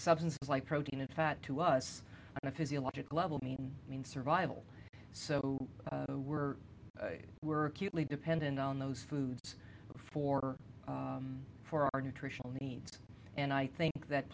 substances like protein and fat to us in a physiological level mean mean survival so we're we're cutely dependent on those foods for for our nutritional needs and i think that